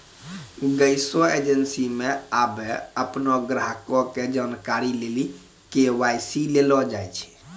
गैसो एजेंसी मे आबे अपनो ग्राहको के जानकारी लेली के.वाई.सी लेलो जाय छै